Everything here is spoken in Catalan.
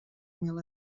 mil